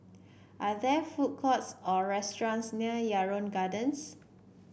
are there food courts or restaurants near Yarrow Gardens